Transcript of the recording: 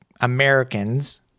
Americans